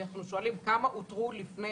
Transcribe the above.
אנחנו שואלים כמה חולים